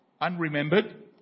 unremembered